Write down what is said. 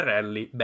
Rally